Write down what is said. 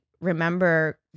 remember